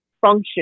function